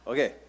Okay